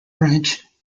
branch